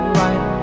right